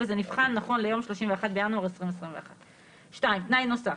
וזה נבחן נכון ליום 31 בינואר 2021. תנאי נוסף,